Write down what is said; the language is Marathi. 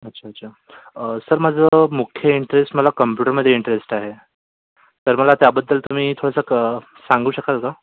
अच्छा अच्छा सर माझं मुख्य इंट्रेस्ट मला कंप्युटरमध्ये इंट्रेस्ट आहे तर मला त्याबद्दल तुम्ही थोडंसं सांगू शकाल का